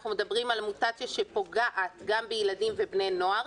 אנחנו מדברים על מוטציה שפוגעת גם בילדים ובבני נוער,